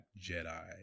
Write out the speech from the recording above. Jedi